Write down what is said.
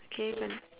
K